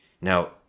Now